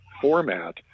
format